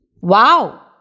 Wow